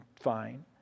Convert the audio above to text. fine